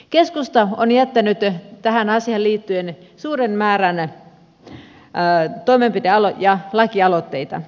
keskusta on jättänyt tähän asiaan liittyen suuren määrän toimenpide ja lakialoitteita